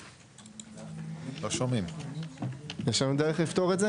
נתקלתי בהן לא מעט פעמים מול לקוחות.